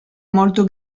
molto